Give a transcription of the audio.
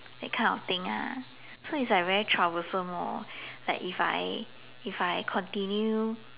that kind of thing lah so is like very troublesome lor like if I if I continue